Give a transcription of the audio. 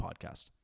podcast